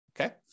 Okay